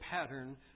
pattern